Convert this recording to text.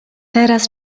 teraz